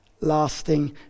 lasting